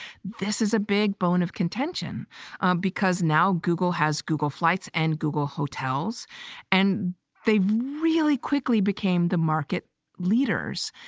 this is a big bone of contention because now google has google flights and google hotels and they really quickly became the market leaders.